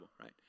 right